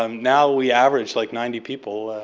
um now we average like ninety people.